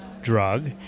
drug